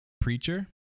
Preacher